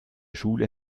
schule